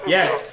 Yes